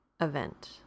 event